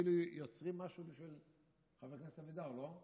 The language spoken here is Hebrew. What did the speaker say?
אפילו יוצרים משהו בשביל חבר הכנסת אבידר, לא?